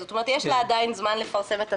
כלומר יש לה עדיין זמן לפרסם את הצו.